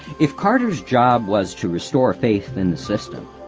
if carter's job was to restore faith in the system,